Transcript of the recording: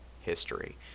history